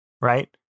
right